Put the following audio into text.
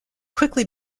quickly